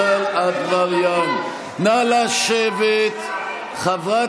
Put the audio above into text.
אתם לא מבינים למה חצי מהשרים האלה לא שולחים